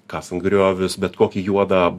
kasant griovius bet kokį juodą